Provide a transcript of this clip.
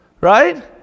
Right